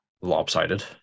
lopsided